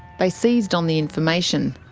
they seized on the information,